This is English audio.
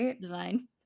design